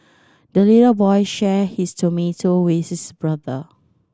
the little boy shared his tomato with his brother